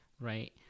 right